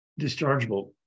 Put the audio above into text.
dischargeable